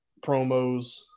promos